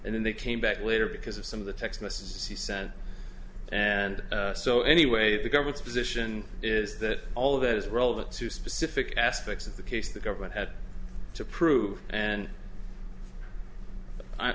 and then they came back later because of some of the text messages he sent and so anyway the government's position is that all of that is relevant to specific aspects of the case the government had to prove and i